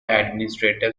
administrative